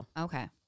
Okay